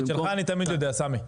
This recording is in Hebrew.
את שלך אני תמיד יודע סמי.